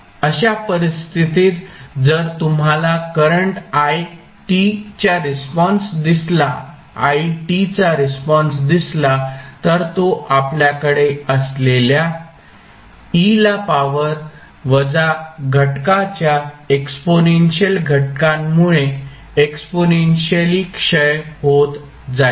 अशा परिस्थितीत जर तुम्हाला करंट it चा रिस्पॉन्स दिसला तर तो आपल्याकडे असलेल्या e ला पॉवर वजा घटकाच्या एक्सपोनेन्शियल घटकांमुळे एक्सपोनेन्शियली क्षय होत जाईल